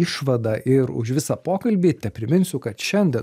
išvadą ir už visą pokalbį tepriminsiu kad šiandien